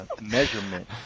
measurement